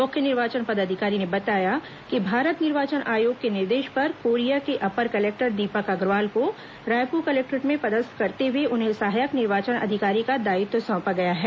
मुख्य निर्वाचन पदाधिकारी ने बताया कि भारत निर्वाचन आयोग के निर्देश पर कोरिया के अपर कलेक्टर दीपक अग्रवाल को रायपुर कलेक्टोरेट में पदस्थ करते हुए उन्हें सहायक निर्वाचन अधिकारी का दायित्व सौंपा गया है